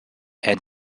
and